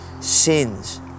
sins